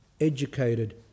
educated